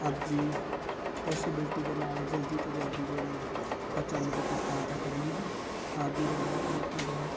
ਆਪ ਜੀ ਪੋਸੀਬਿਲਟੀ ਦੇ ਨਾਲ ਜਲਦੀ ਤੋਂ ਜਲਦੀ ਜਿਹੜਾ ਵਾ ਪਹੁੰਚਾਉਣ ਦੀ ਕਿਰਪਾਲਤਾ ਕਰਨੀ ਜੀ ਆਪ ਜੀ ਦਾ ਬਹੁਤ ਬਹੁਤ ਧੰਨਵਾਦ